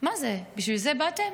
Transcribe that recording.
מה זה, בשביל זה באתם?